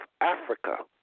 Africa